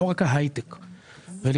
לא רק על ההייטק,